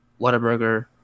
Whataburger